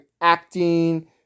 acting